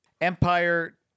Empire